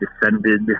descended